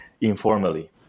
informally